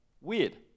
weird